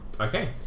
Okay